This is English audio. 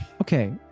Okay